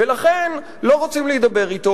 ולכן לא רוצים להידבר אתו,